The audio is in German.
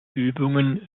übungen